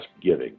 giving